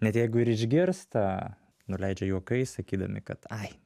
net jeigu ir išgirsta nuleidžia juokais sakydami kad ai